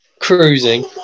cruising